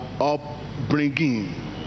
upbringing